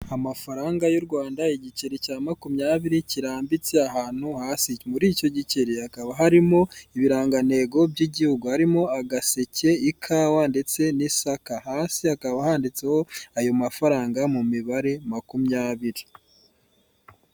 Amafaranga y'u Rwanda igiceri cya makumyabiri kirambitse ahantu hasi, muri icyo giceri hakaba harimo ibirangantego by'igihugu harimo agaseke, ikawa ndetse n',isaka hasi hakaba handitseho ayo mafaranga mu mibare makumyabiri.